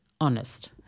honest